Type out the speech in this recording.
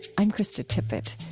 i'm krista tippett.